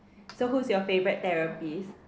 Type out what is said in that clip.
so who's your favourite therapist